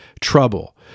Trouble